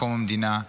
מקום המדינה,